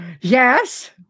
Yes